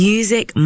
Music